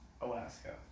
Alaska